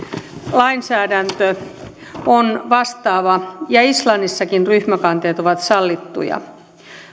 lainsäädäntö on vastaava ja islannissakin ryhmäkanteet ovat sallittuja